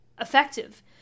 effective